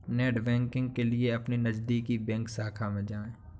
net banking के लिए अपने नजदीकी बैंक शाखा में जाए